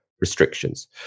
restrictions